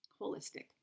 holistic